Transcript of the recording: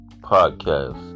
Podcast